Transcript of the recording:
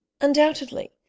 undoubtedly